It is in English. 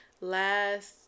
last